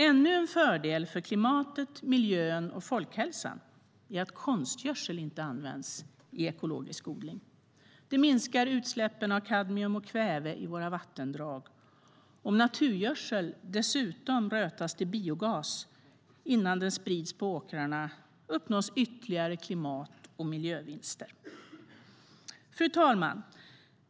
Ännu en fördel för klimatet, miljön och folkhälsan är att konstgödsel inte används i ekologisk odling. Detta minskar utsläppen av kadmium och kväve i våra vattendrag. Om naturgödsel dessutom rötas till biogas innan den sprids på åkrarna uppnås ytterligare klimat och miljövinster. Fru talman!